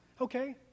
Okay